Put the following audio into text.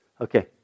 okay